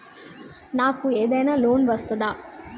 నాకు ఏదైనా లోన్ వస్తదా?